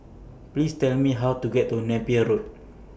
Please Tell Me How to get to Napier Road